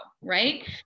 right